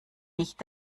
nicht